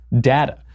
data